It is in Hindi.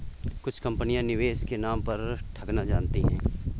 कुछ कंपनियां निवेश के नाम पर ठगना जानती हैं